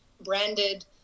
branded